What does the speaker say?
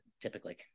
typically